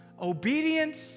obedience